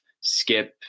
Skip